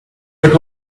but